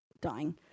dying